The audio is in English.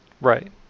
Right